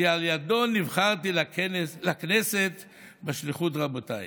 שעל ידו נבחרתי לכנסת בשליחות רבותיי.